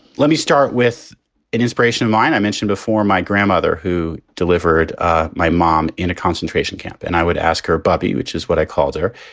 let me start with an inspiration of mine. i mentioned before my grandmother who delivered ah my mom in a concentration camp. and i would ask her, bobby, which is what i called her.